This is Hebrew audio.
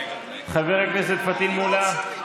חבר הכנסת פטין מולא,